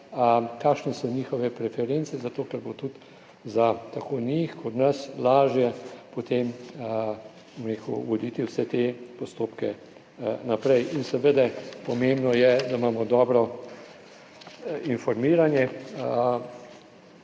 kakšne so njihove preference, zato ker bo tudi tako za njih kot za nas lažje potem voditi vse te postopke naprej. Pomembno je, da imamo dobro informiranje,